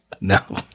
no